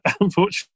unfortunately